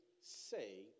say